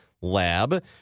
Lab